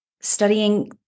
studying